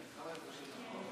בבקשה.